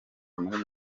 muri